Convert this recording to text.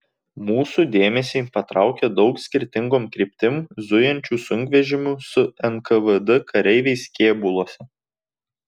mūsų dėmesį patraukė daug skirtingom kryptim zujančių sunkvežimių su nkvd kareiviais kėbuluose